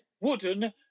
wooden